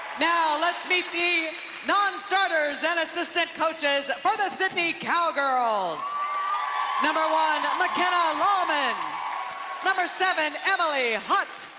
now let's meet the non-starters and assistant coaches for the sidney cowgirls number one, makenna laumann number seven, emily hutt.